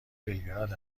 بلگراد